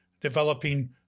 developing